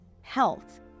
health